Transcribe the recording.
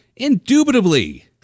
Indubitably